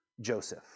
Joseph